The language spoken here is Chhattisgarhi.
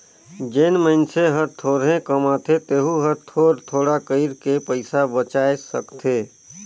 जेन मइनसे हर थोरहें कमाथे तेहू हर थोर थोडा कइर के पइसा बचाय सकथे